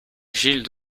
gilles